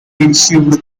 received